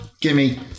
Gimme